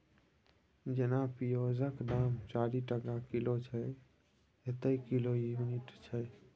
जेना पिओजक दाम चारि टका किलो छै एतय किलो युनिट छै